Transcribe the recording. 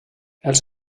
els